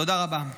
תודה רבה.